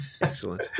Excellent